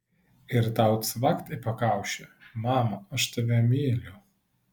ir tau cvakt į pakaušį mama aš tave myliu